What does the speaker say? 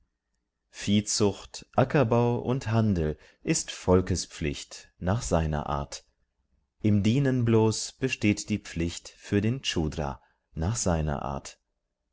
viehzucht ackerbau und handel ist volkes pflicht nach seiner art im dienen bloß besteht die pflicht für den dra nach seiner art